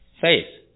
faith